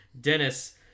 Dennis